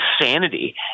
insanity